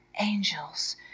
angels